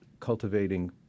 cultivating